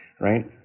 right